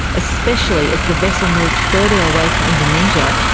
especially as the vessel moved further away from indonesia,